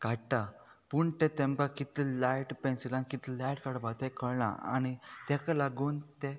काडटा पूण तेमकां कितले लायट पेन्सिलान कितले लायट काडपाक ते कळना आनी तेका लागून ते